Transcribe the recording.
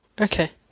Okay